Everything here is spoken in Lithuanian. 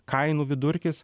kainų vidurkis